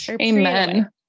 amen